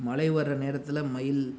மழை வர நேரத்தில் மயில்